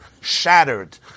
shattered